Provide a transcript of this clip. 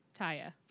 Taya